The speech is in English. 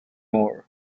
more